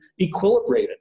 equilibrated